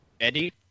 Eddie